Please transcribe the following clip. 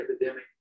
Epidemic